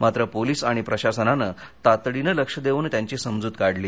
मात्र पोलीस आणि प्रशासनानं तातडीनं लक्ष देऊन त्यांची समजूत काढली